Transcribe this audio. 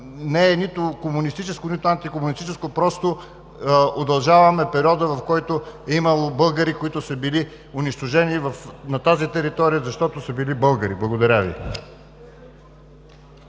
не е нито комунистическо, нито антикомунистическо, просто удължаваме периода, в който е имало българи, които са били унищожени на тази територия, защото са били българи. Благодаря Ви.